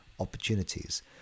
opportunities